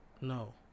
No